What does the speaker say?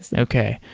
and okay.